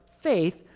faith